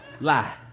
Lie